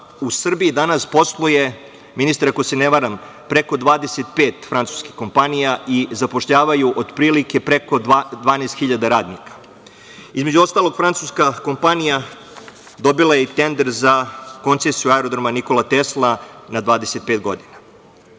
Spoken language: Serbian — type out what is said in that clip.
u Srbiji danas posluje, ministre, ako se ne varam, preko 25 francuskih kompanija i zapošljavaju otprilike preko 12.000 radnika. Između ostalog, francuska kompanija dobila je i tender za koncesiju Aerodroma „Nikola Tesla“ na 25 godina. Na